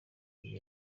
bagira